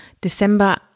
December